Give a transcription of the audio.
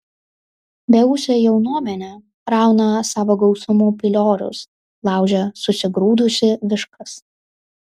beūsė jaunuomenė rauna savo gausumu piliorius laužia susigrūdusi viškas